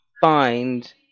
find